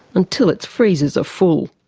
until its freezers are full.